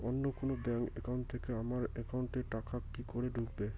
অন্য কোনো bank account থেকে আমার একাউন্ট এ টাকা কি করে ঢুকবে?